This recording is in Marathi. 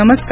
नमस्कार